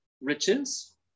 riches